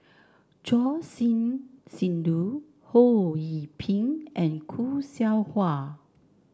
Choor Singh Sidhu Ho Yee Ping and Khoo Seow Hwa